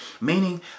meaning